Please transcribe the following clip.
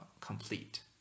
complete